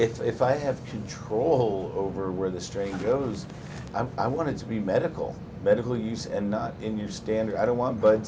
i if i have control over where the strange those m i wanted to be medical medical use and not in your standard i don't want but